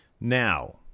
Now